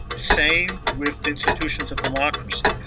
same with institutions of democracy.